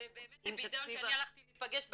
וגם דיברתי עם